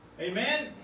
Amen